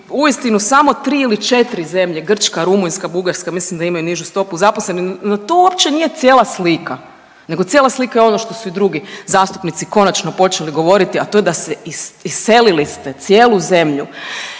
uistinu samo tri ili četiri zemlje Grčka, Rumunjska Bugarska mislim da imaju nižu stopu zaposlenosti. No, to uopće nije cijela slika, nego cijela slika je ono što su i drugi zastupnici konačno počeli govoriti, a to je da se iselili ste cijelu zemlju.